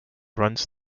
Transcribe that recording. runs